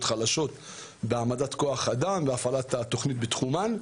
חלשות בהעמדת כוח אדם והפעלת התוכנית בתחומן.